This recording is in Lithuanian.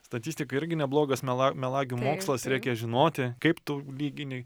statistika irgi neblogas mela melagių mokslas reikia žinoti kaip tu lygini